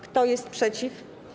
Kto jest przeciw?